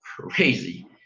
crazy